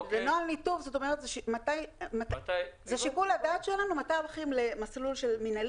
נוהל ניתוב זה שיקול הדעת שלנו מתי הולכים למסלול של מינהלי